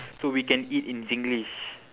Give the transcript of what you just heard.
so we can eat in singlish